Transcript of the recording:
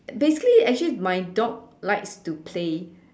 basically actually my dog likes to play